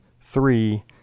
three